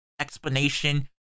explanation